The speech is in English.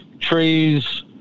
trees